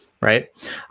right